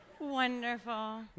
Wonderful